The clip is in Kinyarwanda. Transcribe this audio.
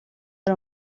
ari